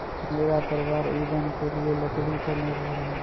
मेरा परिवार ईंधन के लिए लकड़ी पर निर्भर है